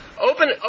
open